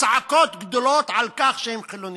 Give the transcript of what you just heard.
צעקות גדולות על כך שהם חילונים.